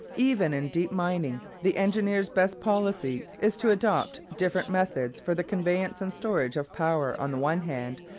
even in deep mining, the engineer's best policy is to adopt different methods for the conveyance and storage of power on the one hand,